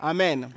Amen